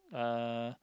uh